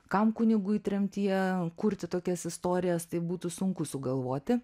kam kunigui tremtyje kurti tokias istorijas tai būtų sunku sugalvoti